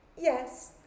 Yes